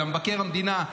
אלא מבקר המדינה,